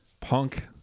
Punk